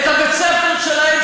את הבית-ספר שלהם,